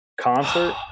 concert